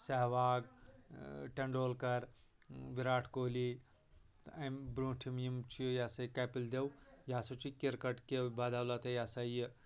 سہواگ ٹنڈولکر وِراٹھ کوہلی تہِ امہِ بروٹھِم یِم چھِ یہ ہسا یہِ کپِل دیو یہِ سا چھِ کِرکٹ کیو بدولت یہ ہسا یہِ